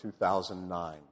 2009